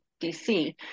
DC